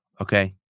okay